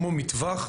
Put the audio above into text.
כמו מטווח.